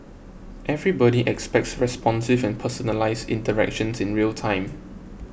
everybody expects responsive and personalised interactions in real time